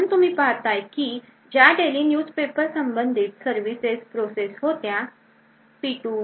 म्हणून तुम्ही पाहताय की ज्या डेली न्यूज पेपर संबंधित सर्विसेस प्रोसेस होत्या P2